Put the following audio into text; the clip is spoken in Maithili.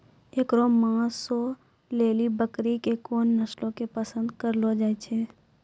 एकरो मांसो लेली बकरी के कोन नस्लो के पसंद करलो जाय छै?